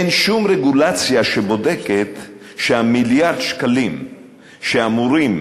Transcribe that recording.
אין שום רגולציה שבודקת שמיליארד השקלים שאמורים